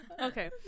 okay